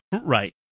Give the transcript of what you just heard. Right